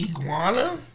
iguana